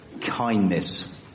kindness